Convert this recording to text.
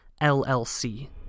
llc